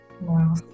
wow